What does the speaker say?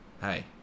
hey